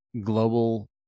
global